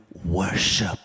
Worship